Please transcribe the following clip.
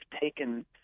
taken